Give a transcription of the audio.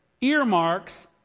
earmarks